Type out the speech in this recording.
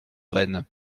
rennes